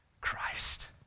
Christ